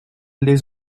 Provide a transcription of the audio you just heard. les